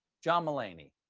john mulaney!